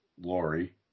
Lori